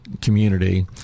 community